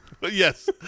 Yes